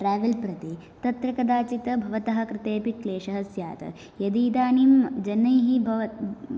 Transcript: travel प्रति तत्र कदाचित् भवतः कृते अपि क्लेशः स्यात् यदि इदानीं जनैः भवत्